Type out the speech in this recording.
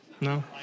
No